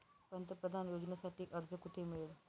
पंतप्रधान योजनेसाठी अर्ज कुठे मिळेल?